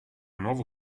nuovo